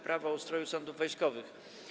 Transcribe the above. Prawo o ustroju sądów wojskowych.